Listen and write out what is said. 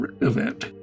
event